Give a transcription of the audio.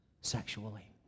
sexually